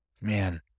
Man